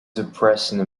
depressing